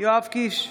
יואב קיש,